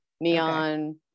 neon